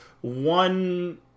one